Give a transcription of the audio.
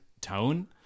tone